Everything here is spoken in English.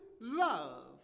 love